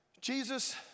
Jesus